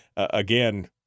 Again